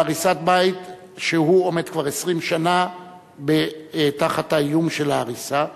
הריסת בית שעומד כבר 20 שנה תחת האיום של הריסה,